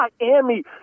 Miami